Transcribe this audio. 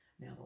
Now